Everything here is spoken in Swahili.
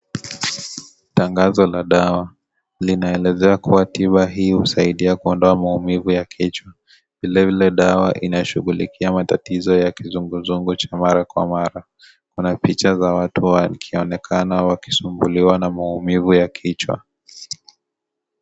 Tangazo la dawa linaelezea kuwa tiba hii husaidia kuondoa maumivu ya kichwa, vile vile dawa inashugulikia matatizo ya kizunguzungu cha mara kwa mara. Mna picha za watu wakionekana wakisumbuliwa na maumivu ya kichwa .